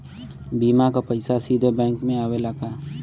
बीमा क पैसा सीधे बैंक में आवेला का?